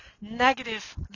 negative